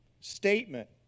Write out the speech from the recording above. statement